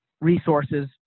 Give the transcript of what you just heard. resources